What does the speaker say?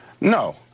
No